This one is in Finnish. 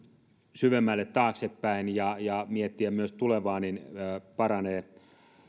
syvemmälle taaksepäin ja ja miettiä myös tulevaa paranee